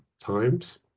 times